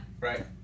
Right